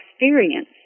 experience